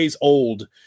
old